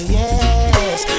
yes